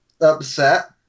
upset